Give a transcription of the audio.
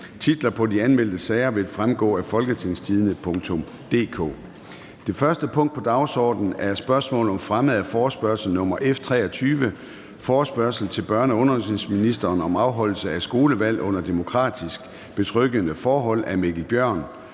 Titlerne på de anmeldte sager vil fremgå af www.folketingstidende.dk (jf. ovenfor). --- Det første punkt på dagsordenen er: 1) Spørgsmål om fremme af forespørgsel nr. F 23: Forespørgsel til børne- og undervisningsministeren om afholdelse af skolevalg under demokratisk betryggende forhold. Af Mikkel Bjørn